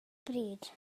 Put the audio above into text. bryd